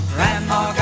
Grandma